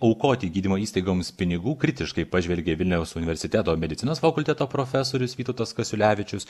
aukoti gydymo įstaigoms pinigų kritiškai pažvelgė vilniaus universiteto medicinos fakulteto profesorius vytautas kasiulevičius